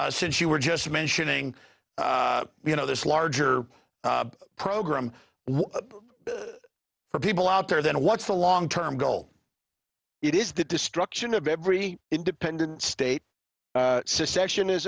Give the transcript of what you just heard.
since you were just mentioning you know this larger program for people out there then what's the long term goal it is the destruction of every independent state secessionis